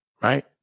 right